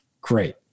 great